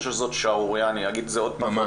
אני חושב שזאת שערורייה ואני אגיד את זה שוב ושוב